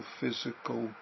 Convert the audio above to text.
physical